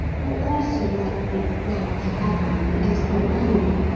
who also might be glad to have me as companion.